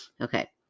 okay